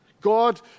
God